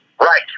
Right